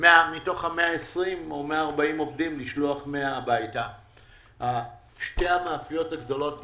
100 עובדים הביתה מתוך 120 או 140. שתי המאפיות הגדולות בירושלים,